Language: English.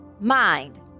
mind